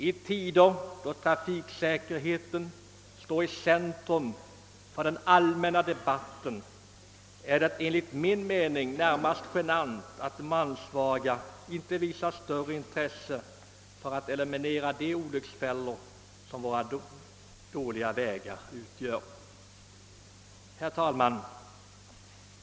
I tider då trafiksäkerheten står i centrum för den allmänna debatten är det enligt min mening närmast genant att de ansvariga inte visar större intresse för att eliminera de olycksfällor som våra dåliga vägar utgör. Herr talman!